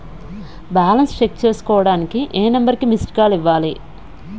Balance check చేసుకోవటానికి ఏ number కి మిస్డ్ కాల్ ఇవ్వాలి?